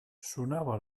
sonava